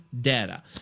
data